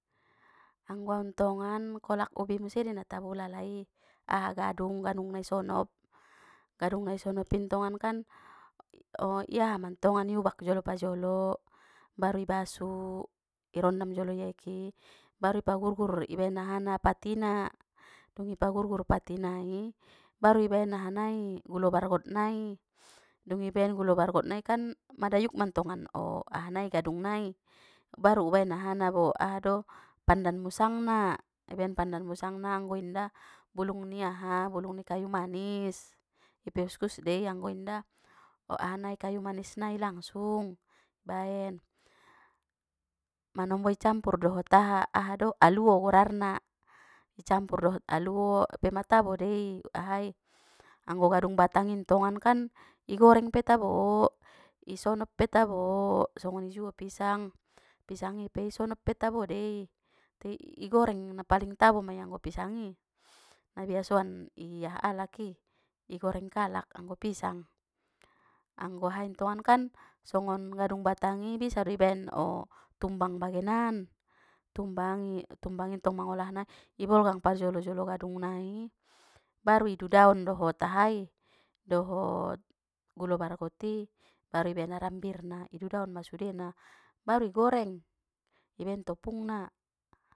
Anggo au tongan kolak ubi muse dei natabo ulala i, aha gadung gadung nai sonop, gadung nai sonop in tongan kan, iaha mantongan i ubak jolo parjolo, baru i basu, i rondam jolo di aeki, baru i pagur gur ibaen ahana patina, dung i pagurgur pati nai, baru ibaen aha nai gulo bargot nai, dungi baen gulo bargot nai kan, madayuk mantongan gadung nai, baru ubaen ahana bo ahado pandan musangna, i baen pandan musangna anggo inda bulung ni aha bulung ni kayu manis, ipe uskus dei anggo inda ahanai kayu manis nai langsung baen. Manombo i campur dohot aha ahado aluo golarna, i campur dohot aluo i pe matabo dei, ahai anggo gadung batangi tonggan kan i goreng pe tabo, i sonop pe tabo, songoni juo pisang, pisangi pe isonop pe tabo dei, tei igoreng na paling tabo mai anggo pisangi, na biasoan i aha alaki igoreng kalak anggo pisang, anggo ahai tongan kan, songon gadung batangi bisa do i baen tumbang bagenan, tumbangi- tumbangi tong mangolahna, i bolgang pajolo jolo gadung nai, baru idudaon dohot ahai dohot gulo bargoti, baru ibaen arambirna i dudaon ma sudena, baru igoreng, i baen topung na.